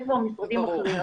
זה כבר משרדים אחרים.